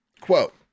Quote